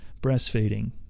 breastfeeding